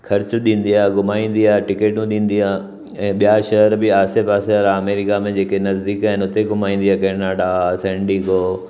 ख़र्चु ॾींदी आहे घुमाईंदी आहे टिकटूं ॾींदी आहे ऐं ॿिया शहर बि आसे पासे आहे अमैरिका में जेके नज़दीक आहिनि हुते घुमाईंदी आ कैनाडा सैंडीगो